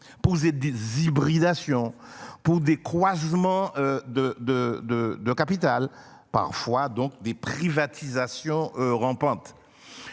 poser des hybridations pour des croisements de de de de capital parfois donc des privatisations rampantes.